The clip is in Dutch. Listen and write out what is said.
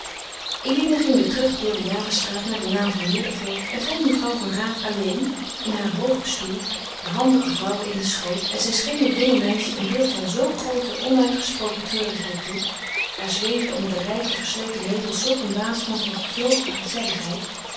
eline ging weêr terug door de javastraat naar de laan van meerdervoort en vond mevrouw van raat alleen in haar hoogen stoel de handen gevouwen in den schoot en zij scheen het jonge meisje een beeld van zo groote onuitgesproken treurigheid toe er zweefde over de rijke versleten meubels zulk een waas van vervlogen gezelligheid